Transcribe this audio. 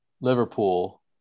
liverpool